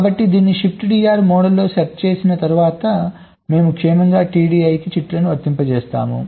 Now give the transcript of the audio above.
కాబట్టి దీనిని ShiftDR మోడ్లో సెట్ చేసిన తరువాత మేము క్రమంగా TDI కి బిట్లను వర్తింపజేస్తాము